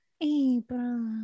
april